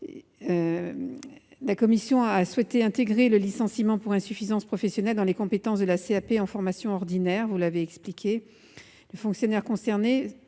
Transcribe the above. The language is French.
La commission a souhaité réintégrer le licenciement pour insuffisance professionnelle dans les compétences de la CAP en formation ordinaire, comme cela a été expliqué. Il faudrait tout